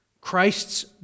Christ's